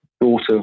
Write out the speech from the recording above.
daughter